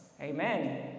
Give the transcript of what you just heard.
Amen